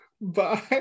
Bye